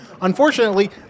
Unfortunately